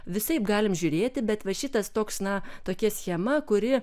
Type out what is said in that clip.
visaip galim žiūrėti bet va šitas toks na tokia schema kuri